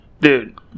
Dude